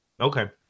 okay